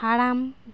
ᱦᱟᱲᱟᱢ